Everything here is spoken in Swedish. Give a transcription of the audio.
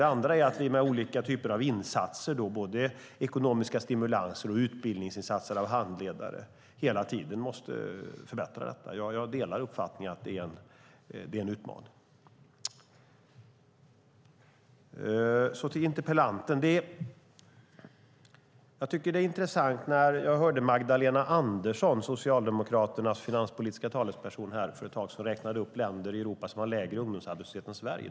Det andra är att vi med olika typer av insatser, både ekonomiska stimulanser och utbildning av handledare, hela tiden måste förbättra detta. Jag delar uppfattningen att det är en utmaning. Så till interpellanten. För ett tag sedan hörde jag Socialdemokraternas finanspolitiska talesperson Magdalena Andersson räkna upp länder i Europa med lägre ungdomsarbetslöshet än Sverige.